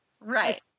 right